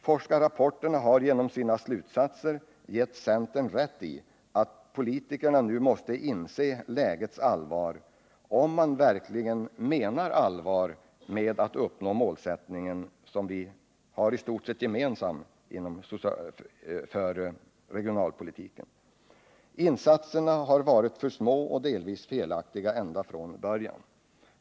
Forskarrapporterna har genom sina slutsatser gett centern rätt i att politikerna nu måste inse lägets allvar, om man verkligen menar allvar med att nå det mål som vi i stort sett har gemensamt för regionalpolitiken. Insatserna har varit för små och delvis felaktiga ända från början.